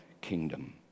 kingdom